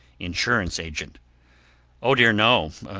insurance agent o dear, no